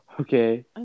okay